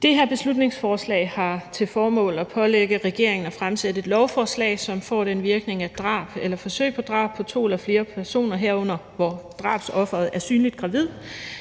Det her beslutningsforslag har til formål at pålægge regeringen at fremsætte et lovforslag, som får den virkning, at drab eller forsøg på drab på to eller flere personer, herunder hvor drabsofferet er synligt gravid,